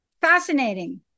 fascinating